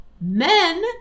men